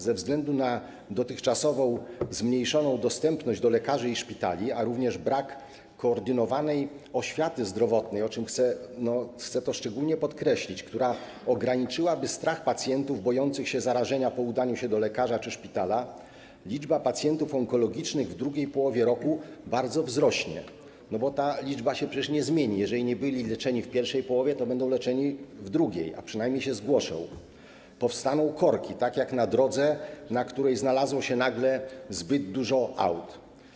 Ze względu na dotychczasowy zmniejszony dostęp do lekarzy i szpitali, jak również brak koordynowanej oświaty zdrowotnej, co chcę szczególnie podkreślić, która ograniczyłaby strach pacjentów bojących się zarażenia po udaniu się do lekarza czy szpitala, liczba pacjentów onkologicznych w drugiej połowie roku bardzo wzrośnie, bo ta liczba przecież się nie zmieni - jeżeli nie byli leczeni w pierwszej połowie, to będą leczeni w drugiej, a przynajmniej się zgłoszą - powstaną korki tak jak na drodze, na której znalazło się nagle zbyt dużo aut.